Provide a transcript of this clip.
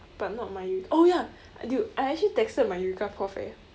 but not my oh ya dude I actually texted my eureka prof eh